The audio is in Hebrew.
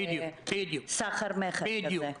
שכר מכר כזה.